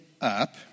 up